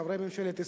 חברי ממשלת ישראל,